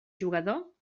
jugador